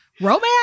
romance